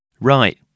Right